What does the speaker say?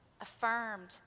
affirmed